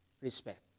respect